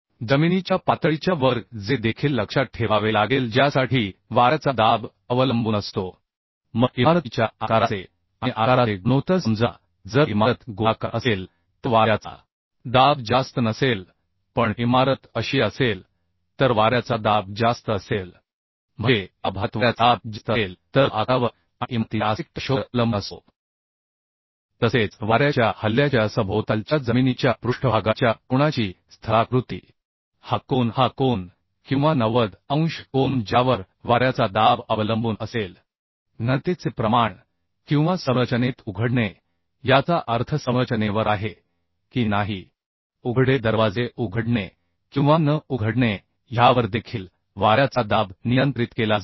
जमिनीच्या पातळीच्या वर जे देखील लक्षात ठेवावे लागेल ज्यासाठी वाऱ्याचा दाब अवलंबून असतो मग इमारतीच्या आकाराचे आणि आकाराचे गुणोत्तर समजा जर इमारत गोलाकार असेल तर वाऱ्याचा दाब जास्त नसेल पण इमारत अशी असेल तर वाऱ्याचा दाब जास्त असेल म्हणजे या भागात वाऱ्याचा दाब जास्त असेल तर तो आकारावर आणि इमारतीचे आस्पेक्ट रेशोवर अवलंबून असतो तसेच वाऱ्याच्या हल्ल्याच्या सभोवतालच्या जमिनीच्या पृष्ठभागाच्या कोनाची स्थलाकृति हा कोन हा कोन किंवा 90 अंश कोन ज्यावर वाऱ्याचा दाब अवलंबून असेल घनतेचे प्रमाण किंवा संरचनेत उघडणे याचा अर्थ संरचनेवर आहे की नाही उघडे दरवाजे उघडणे किंवा न उघडणे ह्यावर देखील वाऱ्याचा दाब नियंत्रित केला जाईल